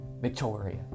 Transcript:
Victoria